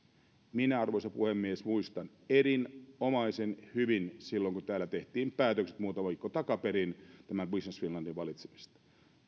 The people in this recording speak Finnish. arvoisa puhemies minä muistan erinomaisen hyvin sen kun täällä tehtiin päätökset muutama viikko takaperin tämän business finlandin valitsemisesta minulla